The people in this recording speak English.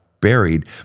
buried